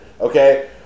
Okay